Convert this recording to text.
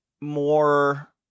more